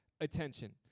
attention